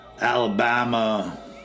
Alabama